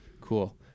Cool